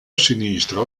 sinistro